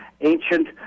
ancient